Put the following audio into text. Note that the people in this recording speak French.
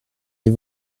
des